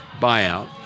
buyout